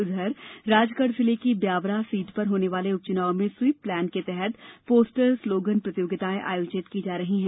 उधर राजगढ़ जिले की ब्यावरा सीट पर होने वाले उपचुनाव में स्वीप प्लान के तहत पोस्टर स्लोगन प्रतियोगिताएं आयोजित की जा रही हैं